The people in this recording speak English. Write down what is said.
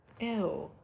Ew